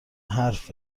حرف